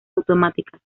automáticas